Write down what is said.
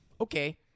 okay